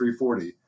340